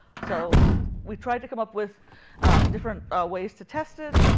so we tried to come up with different ways to test it.